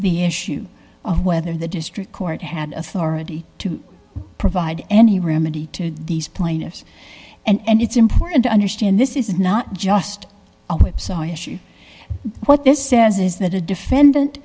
the issue of whether the district court had authority to provide any remedy to these plaintiffs and it's important to understand this is not just a whipsaw issue what this says is that a defendant